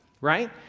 right